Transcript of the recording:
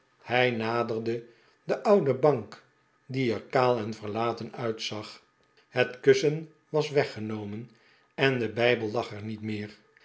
hij naderde de oude bank die er kaal en verlateh uitzag het kussen was weggenomen en de bijbel lag er niet meer